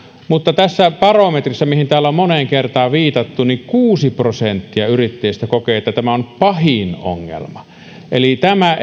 mutta tässä barometrissä mihin täällä on moneen kertaan viitattu kuusi prosenttia yrittäjistä kokee että tämä on pahin ongelma eli tämä